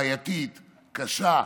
בעייתית, קשה,